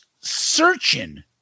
searching